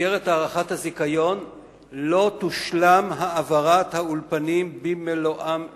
שבמסגרת הארכת הזיכיון לא תושלם העברת האולפנים במלואם לירושלים,